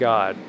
God